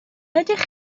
ydych